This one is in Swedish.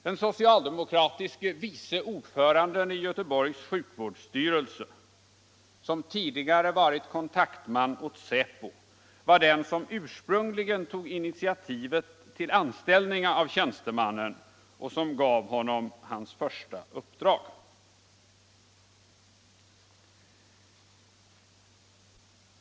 Den socialdemokratiske vice ordföranden i Göteborgs sjukvårdsstyrelse, som tidigare varit kontaktman åt säpo, var den som ursprungligen tog initiativet till anställningen av tjänstemannen och som gav honom hans första uppdrag.